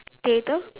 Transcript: theatre